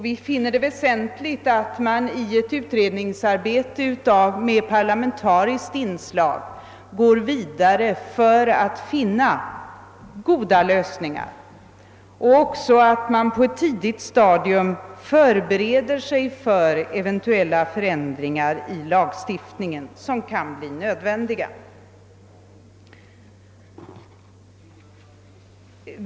Vi finner det väsentligt att man i en utredning med parlamentariskt inslag går vidare för att finna goda lösningar och att man på ett tidigt stadium förbereder sig för de förändringar i lagstiftningen, som kan bli nödvändiga.